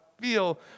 feel